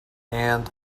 and